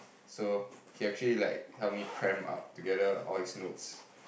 so he actually like help me cramp up together all his notes